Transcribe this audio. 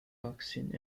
boxing